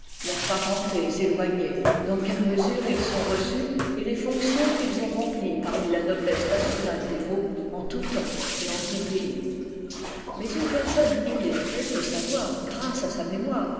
du traducteur éloignées dans quelle mesure ils sont reçus i et les fonctions qu'ils ont remplies parmi la noblesse nationale des mots en tout temps et en tout pays mais une personne illettrée peut savoir grâce à sa mémoire